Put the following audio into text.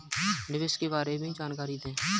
निवेश के बारे में जानकारी दें?